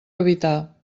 evitar